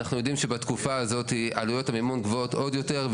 אנחנו יודעים שבתקופה הזאת עלויות המימון גבוהות עוד יותר,